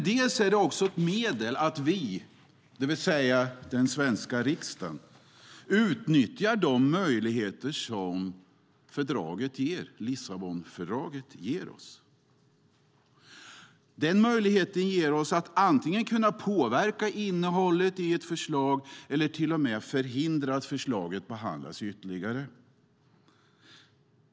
Det är också ett medel att vi, det vill säga den svenska riksdagen, utnyttjar de möjligheter som Lissabonfördraget ger oss att antingen påverka innehållet i ett förslag eller till och med förhindra att förslaget behandlas ytterligare.